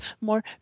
more